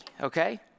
Okay